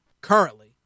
currently